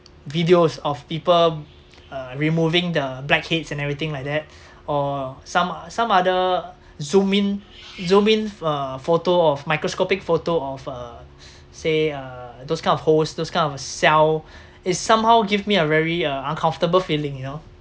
videos of people uh removing the blackheads and everything like that or some some other zoomed in zoomed in uh photo of microscopic photo of uh say uh those kind of holes those kind of cell it somehow give me a very uh uncomfortable feeling you know